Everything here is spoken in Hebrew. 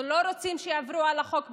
אנחנו לא רוצים שיעברו על החוק,